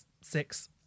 Six